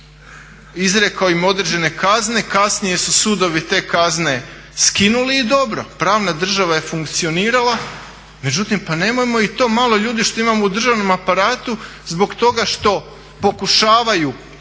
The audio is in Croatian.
izrekao im određene kazne, kasnije su sudovi te kazne skinuli i dobro, pravna država je funkcionirala. Međutim pa nemojmo i to malo ljudi što imamo u državnom aparatu zbog toga što pokušavaju